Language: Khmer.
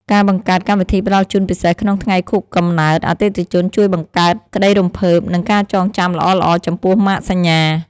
ការបង្កើតកម្មវិធីផ្តល់ជូនពិសេសក្នុងថ្ងៃខួបកំណើតអតិថិជនជួយបង្កើតក្តីរំភើប និងការចងចាំល្អៗចំពោះម៉ាកសញ្ញា។